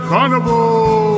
Carnival